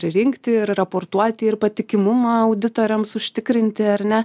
rinkti ir raportuoti ir patikimumą auditoriams užtikrinti ar ne